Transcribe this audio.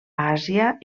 àsia